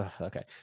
Okay